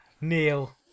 Neil